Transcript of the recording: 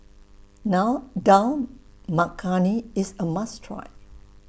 now Dal Makhani IS A must Try